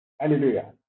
hallelujah